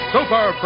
Super